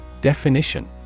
Definition